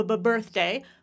birthday